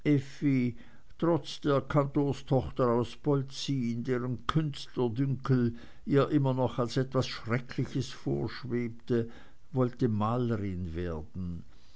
trotz der kantorstochter aus polzin deren künstlerdünkel ihr immer noch als etwas schreckliches vorschwebte wollte malerin werden